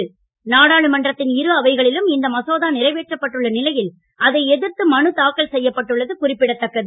மசோதா நாடாளுமன்றத்தில் இரு அவைகளிலும் இந்த நிறைவேற்றப்பட்டுள்ள நிலையில் அதை எதிர்த்து மனு தாக்கல் செய்யப்பட்டுள்ளது குறிப்பிடத்தக்கது